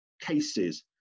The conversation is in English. cases